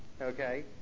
okay